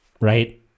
right